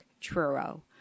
Truro